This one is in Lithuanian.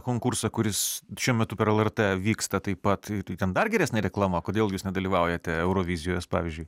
konkursą kuris šiuo metu per lrt vyksta taip pat tai ten dar geresnė reklama kodėl jūs nedalyvaujate eurovizijos pavyzdžiui